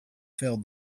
failed